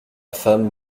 femme